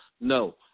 no